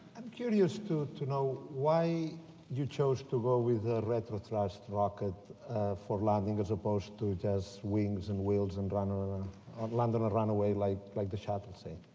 i'm curious to to know why you chose to go with a retro thrust rocket for landing as opposed to just wings and wheels and and and land on a runway like like the shuttle, say.